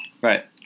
Right